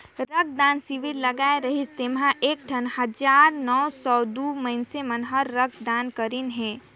रक्त दान सिविर लगाए रिहिस जेम्हें एकसठ हजार नौ सौ दू मइनसे मन हर रक्त दान करीन हे